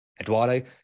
eduardo